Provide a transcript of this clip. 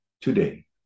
Today